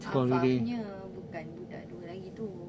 affaf punya bukan dua lagi tu